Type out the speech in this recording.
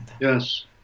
Yes